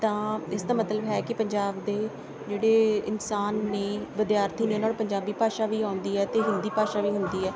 ਤਾਂ ਇਸਦਾ ਮਤਲਬ ਹੈ ਕਿ ਪੰਜਾਬ ਦੇ ਜਿਹੜੇ ਇਨਸਾਨ ਨੇ ਵਿਦਿਆਰਥੀ ਨੇ ਉਹਨਾਂ ਨੂੰ ਪੰਜਾਬੀ ਭਾਸ਼ਾ ਵੀ ਆਉਂਦੀ ਹੈ ਅਤੇ ਹਿੰਦੀ ਭਾਸ਼ਾ ਵੀ ਹੁੰਦੀ ਹੈ